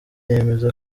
yemeza